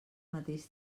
mateix